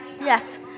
yes